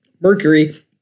Mercury